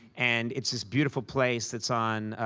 and it's this beautiful place that's on